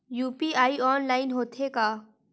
UPI online होथे का?